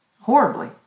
Horribly